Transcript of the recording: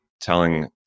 telling